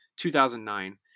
2009